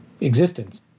existence